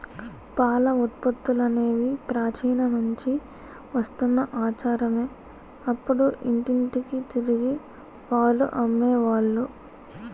పాల ఉత్పత్తులనేవి ప్రాచీన నుంచి వస్తున్న ఆచారమే అప్పుడు ఇంటింటికి తిరిగి పాలు అమ్మే వాళ్ళు